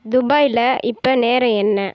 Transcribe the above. துபாயில் இப்போ நேரம் என்ன